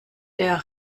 der